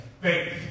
faith